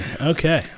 Okay